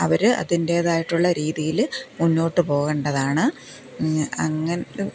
അവർ അതിൻ്റേതായിട്ടുള്ള രീതിയിൽ മുന്നോട്ട് പോകേണ്ടതാണ്